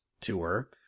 tour